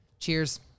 Cheers